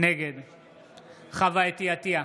נגד חוה אתי עטייה,